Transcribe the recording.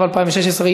התשע"ו 2016,